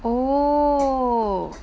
oo